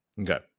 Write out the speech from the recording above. Okay